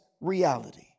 reality